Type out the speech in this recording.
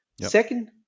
Second